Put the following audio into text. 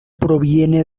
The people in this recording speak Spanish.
proviene